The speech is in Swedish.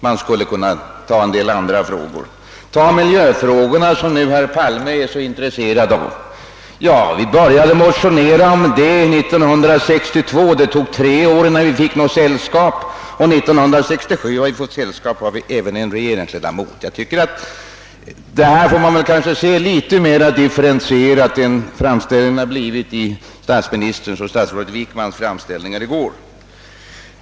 Jag skulle kunna räkna upp fler sådana frågor, t.ex. miljöfrågorna som herr Palme nu är så intresserad av. Vi började motionera därom 1962. Det tog tre år innan vi fick sällskap, och 1967 har vi fått sällskap även av en regeringsledamot. Frågan om konservatism får nog således ses litet mera differentierat än vad statsministern och statsrådet Wickman har framställt den.